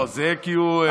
לא, זה כי הוא,